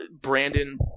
Brandon